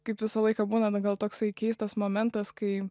kaip visą laiką būna na gal toksai keistas momentas kai